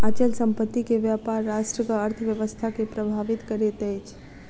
अचल संपत्ति के व्यापार राष्ट्रक अर्थव्यवस्था के प्रभावित करैत अछि